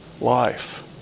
life